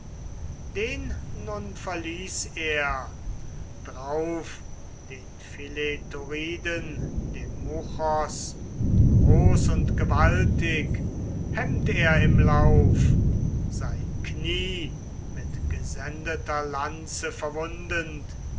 den nun verließ er drauf den philetoriden demuchos groß und gewaltig hemmt er im lauf sein knie mit gesendeter lanze verwundend